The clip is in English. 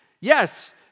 yes